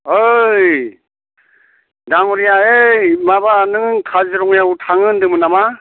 ओइ दाङ'रिया ओइ माबा नों काजिरङायाव थाङो होन्दोंमोन नामा